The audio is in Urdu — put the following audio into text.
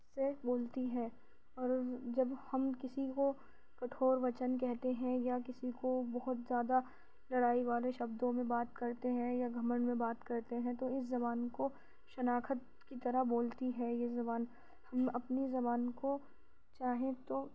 سے بولتی ہے اور جب ہم کسی کو کٹھور وچن کہتے ہیں یا کسی کو بہت زیادہ لڑائی والے شبدوں میں بات کرتے ہیں یا گھمنڈ میں بات کرتے ہیں تو اس زبان کو شناخت کی طرح بولتی ہے یہ زبان ہم اپنی زبان کو چاہیں تو